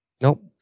Nope